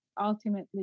ultimately